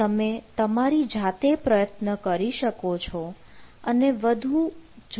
તમે તમારી જાતે પ્રયત્ન કરી શકો છો અને વધુ જટિલ પ્રયોગ કરી શકો છો